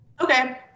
Okay